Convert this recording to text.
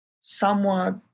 somewhat